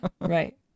Right